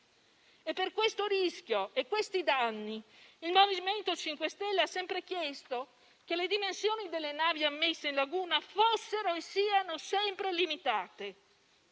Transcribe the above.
Per questo rischio e per questi danni il MoVimento 5 Stelle ha sempre chiesto che le dimensioni delle navi ammesse in laguna fossero e siano sempre limitate,